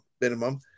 minimum